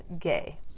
gay